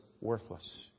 worthless